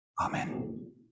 Amen